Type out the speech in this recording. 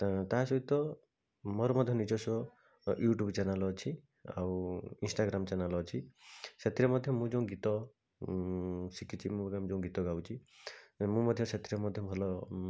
ତା' ତାହା ସହିତ ମୋର ମଧ୍ୟ ନିଜସ୍ଵ ୟୁଟ୍ୟୁବ୍ ଚ୍ୟାନେଲ୍ ଅଛି ଆଉ ଇନଷ୍ଟାଗ୍ରାମ୍ ଚ୍ୟାନେଲ୍ ଅଛି ସେଥିରେ ମଧ୍ୟ ମୁଁ ଯୋଉ ଗୀତ ଶିଖିଛି ମୁଁ ଏବେ ଯେଉଁ ଗୀତ ଗାଉଛି ଏ ମୁଁ ମଧ୍ୟ ସେଥିରେ ମଧ୍ୟ ଭଲ